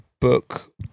book